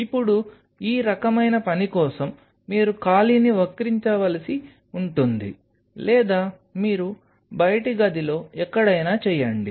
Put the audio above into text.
ఇప్పుడు ఈ రకమైన పని కోసం మీరు ఖాళీని వక్రీకరించవలసి ఉంటుంది లేదా మీరు బయటి గదిలో ఎక్కడైనా చేయండి